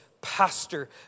pastor